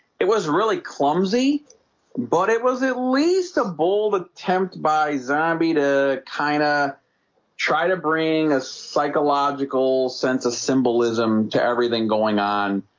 it was really clumsy but it was at least a bold attempt by zombie to kinda try to bring a psychological sense of symbolism to everything going on.